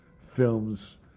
Films